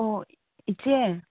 ꯑꯣ ꯏꯆꯦ